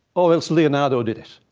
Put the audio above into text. or else leonardo did it.